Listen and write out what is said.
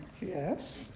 yes